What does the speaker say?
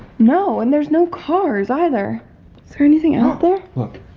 no, and there's no cars either is there anything out there look!